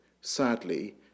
sadly